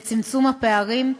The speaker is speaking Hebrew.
לצמצום הפערים,